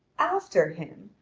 after him?